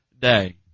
day